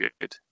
good